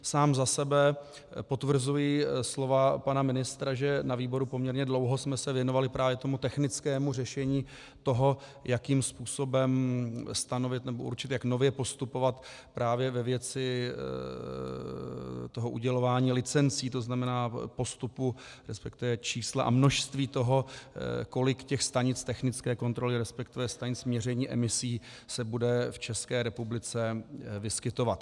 Sám za sebe potvrzuji slova pana ministra, že ve výboru jsme se poměrně dlouho věnovali právě technickému řešení toho, jakým způsobem stanovit nebo určit, jak nově postupovat právě ve věci udělování licencí, to znamená postupu, resp. čísla a množství toho, kolik stanic technické kontroly, resp. stanic měření emisí se bude v České republice vyskytovat.